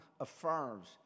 affirms